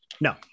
No